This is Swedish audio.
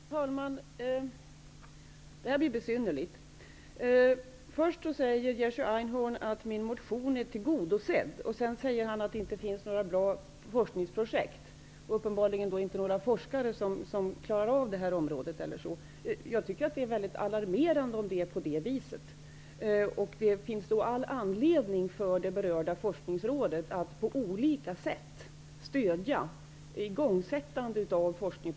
Herr talman! Det här börjar bli besynnerligt. Först säger Jerzy Einhorn att min motion är tillgodosedd, därefter säger han att det inte finns några bra forskningsprojekt. Uppenbarligen betyder det att det inte finns några bra forskare på det här området som klarar av det. Om det är på det viset är det mycket alarmerande. För det berörda forskningsrådet finns det då all anledning att på olika sätt stödja igångsättandet av denna typ av forskning.